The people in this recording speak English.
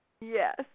Yes